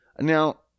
Now